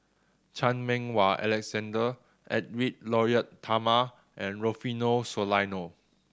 Chan Meng Wah Alexander Edwy Lyonet Talma and Rufino Soliano